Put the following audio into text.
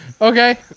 Okay